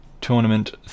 tournament